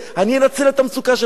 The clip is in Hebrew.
אני אנצל את המצוקה של אנשים.